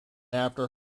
after